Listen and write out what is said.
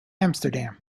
amsterdam